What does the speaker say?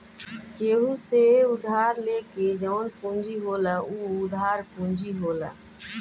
केहू से उधार लेके जवन पूंजी होला उ उधार पूंजी होला